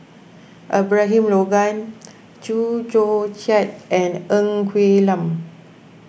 Abraham Logan Chew Joo Chiat and Ng Quee Lam